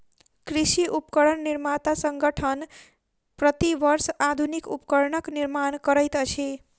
कृषि उपकरण निर्माता संगठन, प्रति वर्ष आधुनिक उपकरणक निर्माण करैत अछि